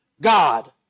God